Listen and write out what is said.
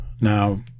Now